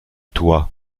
toi